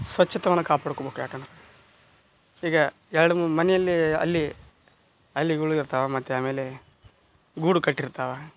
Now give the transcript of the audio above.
ಸ್ವಚ್ಛತವನ್ನ ಕಾಪಾಡ್ಕೊಬೇಕ್ ಯಾಕಂದ್ರೆ ಈಗ ಎರಡು ಮನೆಯಲ್ಲಿ ಅಲ್ಲಿ ಅಲ್ಲಿ ಮತ್ತು ಮೇಲೆ ಗೂಡು ಕಟ್ಟಿರ್ತಾವೆ